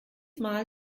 mal